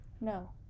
No